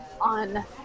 on